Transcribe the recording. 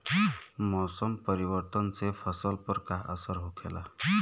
मौसम परिवर्तन से फसल पर का असर होखेला?